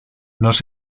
nos